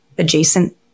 adjacent